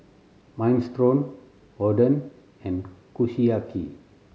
Minestrone Oden and Kushiyaki